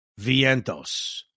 Vientos